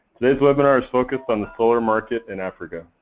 today's webinar is focused on the solar market in africa.